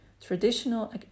Traditional